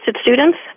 students